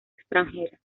extranjera